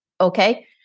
okay